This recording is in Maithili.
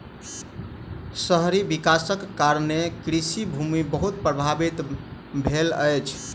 शहरी विकासक कारणें कृषि भूमि बहुत प्रभावित भेल अछि